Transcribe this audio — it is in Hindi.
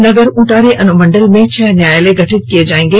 नगर उंटारी अनुमंडल में छह न्यायालय गठित किए जाएंगे